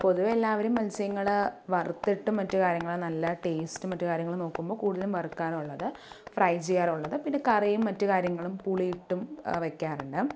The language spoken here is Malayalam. പൊതുവേ എല്ലാവരും മത്സ്യങ്ങള് വറുത്തിട്ടും മറ്റു കാര്യങ്ങള് നല്ല ടേസ്റ്റും മറ്റു കാര്യങ്ങള് നോക്കുമ്പോൾ കൂടുതലും വറുക്കാനുള്ളത് ഫ്രൈ ചെയ്യാറുള്ളത് പിന്നെ കറിയും മറ്റു കാര്യങ്ങളും പുളിയിട്ടും വെക്കാറുണ്ട്